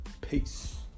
Peace